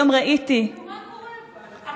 היום ראיתי, מה קורה פה, אבל?